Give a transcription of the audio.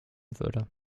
würde